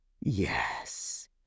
Yes